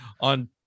on